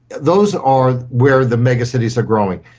those are where the megacities are growing.